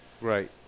Right